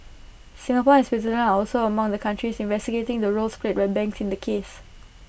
Singapore and Switzerland are also among the countries investigating the roles played by banks in the case